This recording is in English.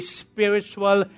spiritual